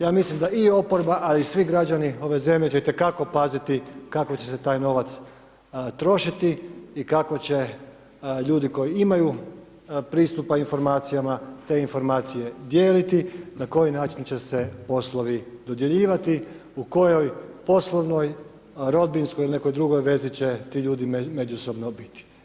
Ja mislim da i oporba a i svi građani ove zemlje će itekako paziti kako će se taj novac trošiti i kako će, ljudi koji imaju pristupa informacijama, te informacije dijeliti, na koji način će se poslovi dodjeljivati, u kojoj poslovnoj, rodbinskoj ili nekoj drugoj vezi će ti ljudi međusobno biti.